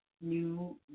new